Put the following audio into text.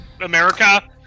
America